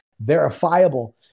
verifiable